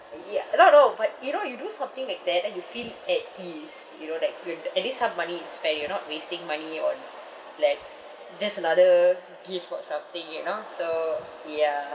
ya I know I know but you know you do something like that then you feel at ease you know like we'd at least some money is fair you're not wasting money on like just another gift or something you know so ya